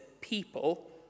people